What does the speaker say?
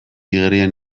igerian